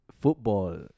football